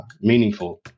meaningful